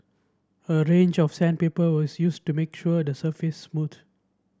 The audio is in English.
a range of sandpaper was used to make sure the surface smooth